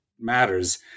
matters